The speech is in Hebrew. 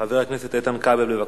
חבר הכנסת איתן כבל, בבקשה.